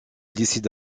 décide